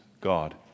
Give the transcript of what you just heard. God